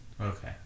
Okay